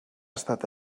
estat